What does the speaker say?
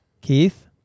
Keith